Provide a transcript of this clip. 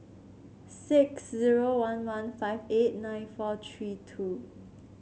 six zero one one five eight nine four tree two